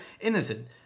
innocent